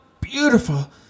beautiful